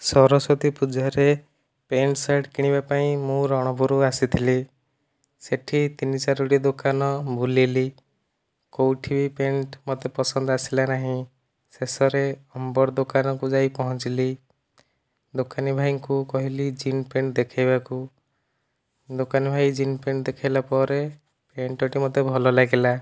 ସରସ୍ବତୀ ପୂଜାରେ pant shirt କିଣିବା ପାଇଁ ମୁଁ ରଣପୁର ଆସିଥିଲି ସେଇଠି ତିନି ଚାରୋଟି ଦୋକାନ ବୁଲିଲି କେଉଁଠି ବି ପ୍ୟାଣ୍ଟ ମୋତେ ପସନ୍ଦ ଆସିଲା ନାହିଁ ଶେଷରେ ଅମ୍ବର ଦୋକାନକୁ ଯାଇ ପହଞ୍ଚିଲି ଦୋକାନୀ ଭାଇଙ୍କୁ କହିଲି ଜିନ ପ୍ୟାଣ୍ଟ ଦେଖାଇବାକୁ ଦୋକାନୀ ଭାଇ ଜିନ ପ୍ୟାଣ୍ଟ ଦେଖାଇଲା ପରେ ପ୍ୟାଣ୍ଟଟି ମୋତେ ଭଲ ଲାଗିଲା